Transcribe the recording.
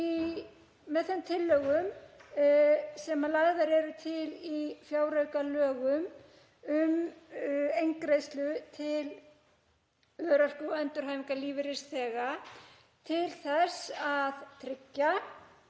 með í þeim tillögum sem lagðar eru til í fjáraukalögum um eingreiðslu til örorku- og endurhæfingarlífeyrisþega til þess að tryggja